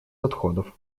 отходов